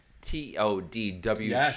T-O-D-W